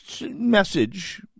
message